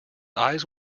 eyes